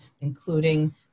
including